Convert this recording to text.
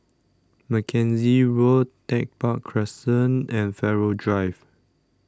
Mackenzie Road Tech Park Crescent and Farrer Drive